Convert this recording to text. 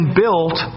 built